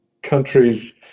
Countries